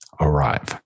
arrive